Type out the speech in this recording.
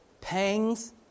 Pangs